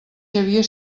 xavier